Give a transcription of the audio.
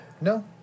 no